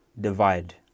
divide